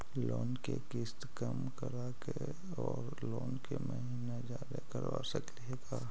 Loan के किस्त कम कराके औ लोन के महिना जादे करबा सकली हे का?